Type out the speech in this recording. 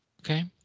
Okay